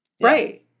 Right